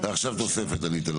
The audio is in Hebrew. ועכשיו תוספת, אני אתן לך.